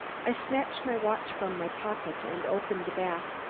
i snatched my watch from my pocket and opened the back,